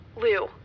Lou